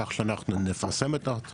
כך שאנחנו נפרסם את ההוצאות,